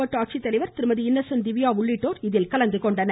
மாவட்ட ஆட்சித்தலைவர் திருமதி இன்னசென்ட் திவ்யா உள்ளிட்டோர் இதில் கலந்துகொண்டனர்